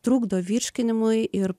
trukdo virškinimui ir